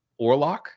Orlock